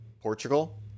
portugal